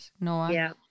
Noah